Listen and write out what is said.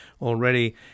already